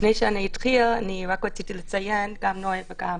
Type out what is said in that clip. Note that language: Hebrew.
לפני שאני אתחיל רק רציתי לציין, גם נויה וגם